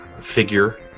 figure